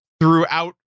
throughout